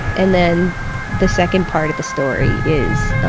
and then the second part of the story is,